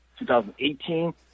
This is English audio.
2018